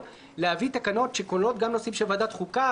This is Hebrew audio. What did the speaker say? להביא תקנות שכוללות גם נושאים של ועדת חוקה,